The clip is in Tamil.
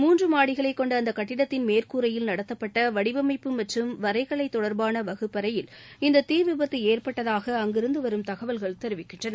மூன்று மாடிகளைக் கொண்ட அந்த கட்டிடத்தின் மேற்கூறையில் நடத்தப்பட்ட வடிவமைப்பு மற்றும் வரைகலை தொடா்பாள வகுப்பறையில் இந்த தீ விபத்து ஏற்பட்டதாக அங்கிருந்து வரும் தகவல்கள் தெரிவிக்கின்றன